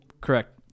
correct